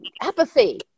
apathy